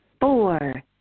Four